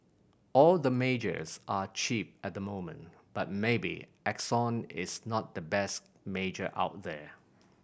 all the majors are cheap at the moment but maybe Exxon is not the best major out there